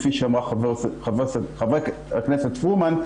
כפי שאמרה חברת הכנסת פרומן,